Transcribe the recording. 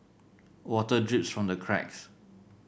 water drips from the cracks